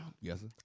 Yes